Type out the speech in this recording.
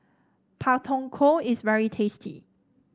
Pak Thong Ko is very tasty